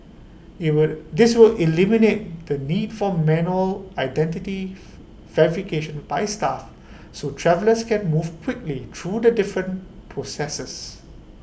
IT will this will eliminate the need for manual identity verification by staff so travellers can move quickly through the different processes